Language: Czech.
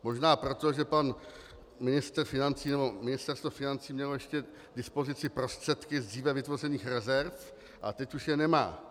Možná proto, že pan ministr financí, nebo Ministerstvo financí mělo ještě k dispozici prostředky z dříve vytvořených rezerv a teď už je nemá.